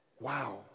Wow